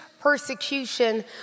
persecution